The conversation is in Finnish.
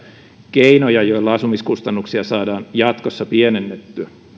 keinoja joilla asumiskustannuksia saadaan jatkossa pienennettyä